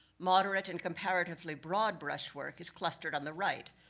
moderate and comparatively broad brush work is clustered on the right.